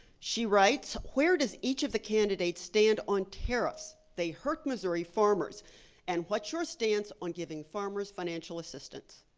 she writes, where does each of the candidates stand on tariffs? they hurt missouri farmers and what's your stance on giving farmers financial assistance?